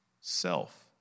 self